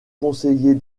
conseiller